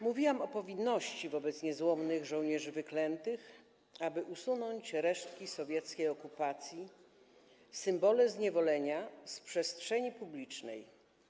Mówiłam o powinności wobec niezłomnych żołnierzy wyklętych, aby usunąć resztki sowieckiej okupacji i symbole zniewolenia z przestrzeni publicznej.